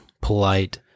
polite